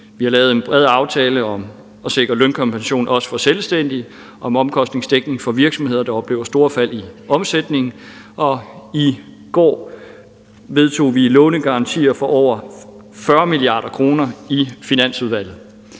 Vi har lavet en bred aftale om at sikre lønkompensation også for selvstændige og om omkostningsdækning for virksomheder, der oplever store fald i omsætningen. Og i går vedtog vi lånegarantier for over 40 mia. kr. i Finansudvalget.